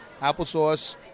applesauce